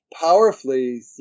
powerfully